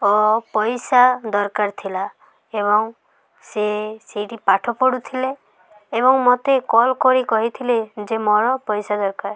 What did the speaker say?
ଓ ପଇସା ଦରକାର ଥିଲା ଏବଂ ସେ ସେଇଠି ପାଠ ପଢ଼ୁଥିଲେ ଏବଂ ମୋତେ କଲ୍ କରି କହିଥିଲେ ଯେ ମୋର ପଇସା ଦରକାର